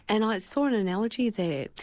and i saw an analogy there,